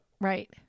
Right